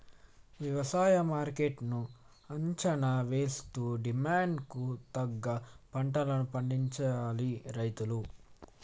వ్యవసాయ మార్కెట్ ను అంచనా వేస్తూ డిమాండ్ కు తగ్గ పంటలను పండించాలి రైతులు